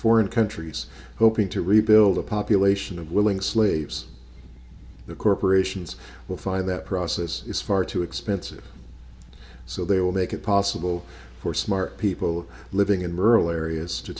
foreign countries hoping to rebuild a population of willing slaves the corporations will find that process is far too expensive so they will make it possible for smart people living in rural areas to